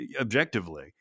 objectively